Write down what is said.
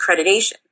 accreditation